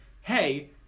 hey